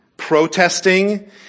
Protesting